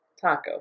Taco